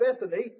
Bethany